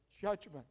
Judgment